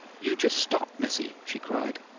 you just stop, missy! she cried.